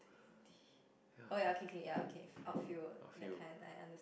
ya why a few